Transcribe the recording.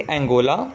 Angola